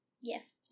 Yes